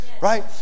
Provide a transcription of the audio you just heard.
right